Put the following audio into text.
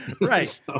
Right